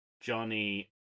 Johnny